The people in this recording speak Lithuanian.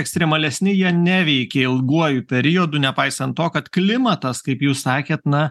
ekstremalesni jie neveikė ilguoju periodu nepaisant to kad klimatas kaip jūs sakėt na